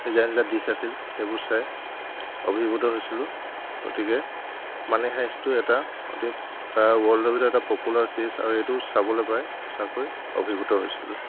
নিজা নিজা দিশ আছিল সেইবোৰ চাই অভিভূত হৈছিলোঁ গতিকে মানি হাইষ্টটো এটা অতি ৱৰ্ল্ডৰ ভিতৰত এটা পপুলাৰ চিৰিজ আৰু এইটো চাবলৈ পায় সঁচাকৈ অভিভূত হৈছিলোঁ